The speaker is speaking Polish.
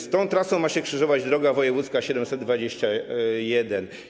Z tą trasą ma się krzyżować droga wojewódzka nr 721.